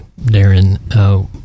Darren